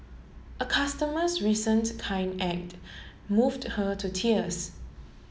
a customer's recent kind act moved her to tears